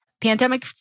Pandemic